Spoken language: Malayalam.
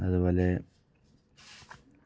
അതുപോലെ